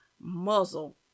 muzzle